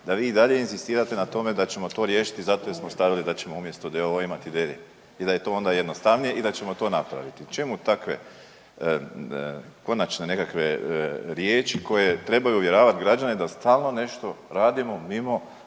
da vi i dalje inzistirate na tome da ćemo to riješiti zato jer smo stavili da ćemo umjesto d.o.o. imati d.d. i da je to onda jednostavnije i da ćemo to napraviti. Čemu takve konačne nekakve riječi koje trebaju uvjeravati građane da stalno nešto radimo mimo